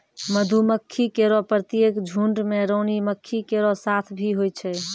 मधुमक्खी केरो प्रत्येक झुंड में रानी मक्खी केरो साथ भी होय छै